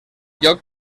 lloc